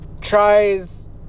Tries